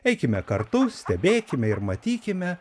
eikime kartu stebėkime ir matykime